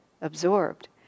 absorbed